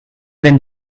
then